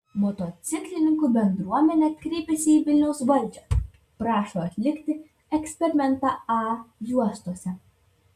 motociklininkų bendruomenė kreipėsi į vilniaus valdžią prašo atlikti eksperimentą a juostose